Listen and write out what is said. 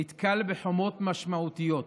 נתקל בחומות משמעותיות.